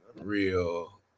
real